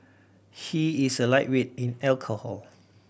he is a lightweight in alcohol